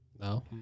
No